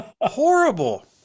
horrible